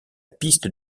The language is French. piste